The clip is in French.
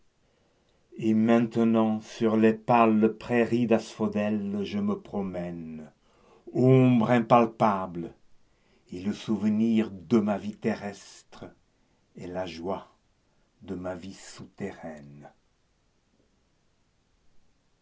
et maintenant sur les pâles prairies d'asphodèles je me promème ombre impalpable et le souvenir de ma vie terrestre est la joie de ma vie souterraine